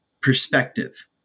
perspective